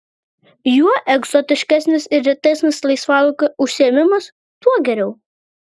juo egzotiškesnis ir retesnis laisvalaikio užsiėmimas tuo geriau